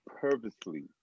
purposely